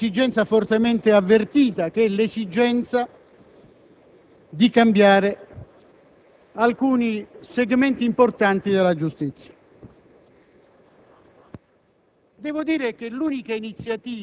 per riempire di contenuti l'esigenza fortemente avvertita di cambiare alcuni segmenti importanti della giustizia.